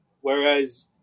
whereas